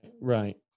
right